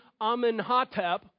Amenhotep